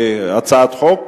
הצעת חוק.